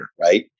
right